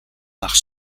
nach